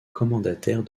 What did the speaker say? commendataire